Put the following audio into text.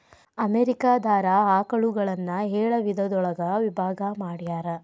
America ದಾರ ಆಕಳುಗಳನ್ನ ಏಳ ವಿಧದೊಳಗ ವಿಭಾಗಾ ಮಾಡ್ಯಾರ